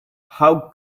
how